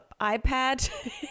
ipad